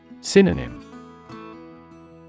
Synonym